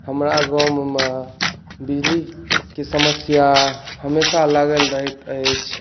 हमरा गाँवमे बिजलीके समस्या हमेशा लागल रहैत अछि